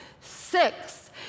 six